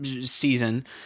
season